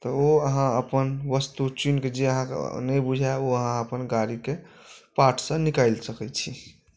तऽ ओ अहाँ अपन वस्तु चुनिके जे अहाँके नहि बुझाए ओ अपन गाड़ीके पार्टसँ निकालि सकैत छी